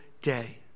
day